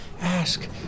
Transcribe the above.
ask